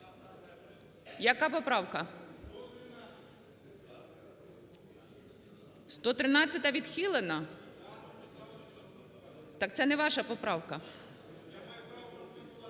Яка поправка? 113-а відхилена? Так це не ваша поправка.